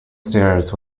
stairs